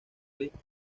league